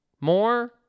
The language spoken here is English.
more